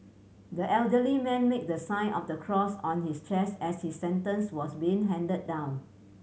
the elderly man made the sign of the cross on his chest as his sentence was being handed down